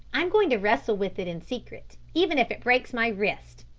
i'm going to wrestle with it in secret, even if it breaks my wrist,